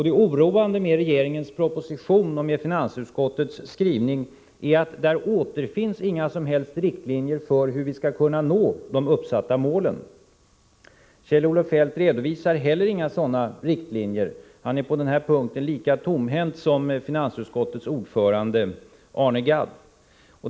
Det oroande med regeringens proposition och med finansutskottets skrivning är att det där inte återfinns några som helst riktlinjer för hur vi skall kunna nå de uppsatta målen. Kjell-Olof Feldt redovisar inte heller några sådana riktlinjer. Han är på denna punkt lika tomhänt som finansutskottets ordförande Arne Gadd.